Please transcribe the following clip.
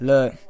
Look